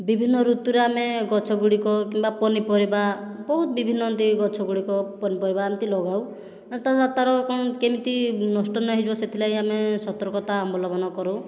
ବିଭିନ୍ନ ଋତୁରେ ଆମେ ଗଛଗୁଡ଼ିକ କିମ୍ବା ପନିପରିବା ବହୁତ ବିଭିନ୍ନ ଦେଇ ଗଛଗୁଡ଼ିକ ପନିପରିବା ଏମିତି ଲଗାଉ ତା'ର କ'ଣ କେମିତି ନଷ୍ଟ ନହୋଇଯିବ ସେଥିଲାଗି ଆମେ ସତର୍କତା ଅବଲମ୍ବନ କରୁ